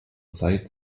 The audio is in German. zeit